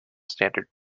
standard